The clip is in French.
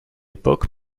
époque